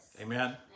Amen